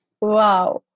wow